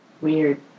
Weird